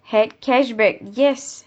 have cashback yes